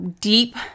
deep